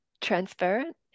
transparent